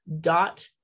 dot